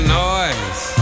noise